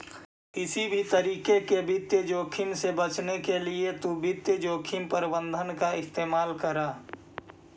किसी भी तरीके के वित्तीय जोखिम से बचने के लिए तु वित्तीय जोखिम प्रबंधन का इस्तेमाल करअ